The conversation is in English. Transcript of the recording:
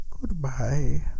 goodbye